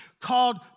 called